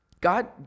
God